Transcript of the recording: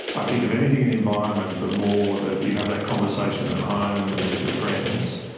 i think if anything in the environment, the more that you have that conversation at home and with your friends,